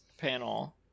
panel